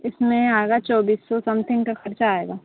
इसमें आएगा चौबीस सौ समथिंग का खर्चा आएगा